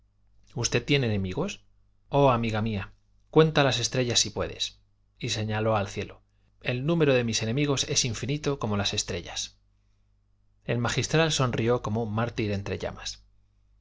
usted tiene enemigos oh amiga mía cuenta las estrellas si puedes y señaló al cielo el número de mis enemigos es infinito como las estrellas el magistral sonrió como un mártir entre llamas